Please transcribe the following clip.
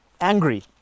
angry